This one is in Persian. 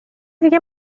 دیگه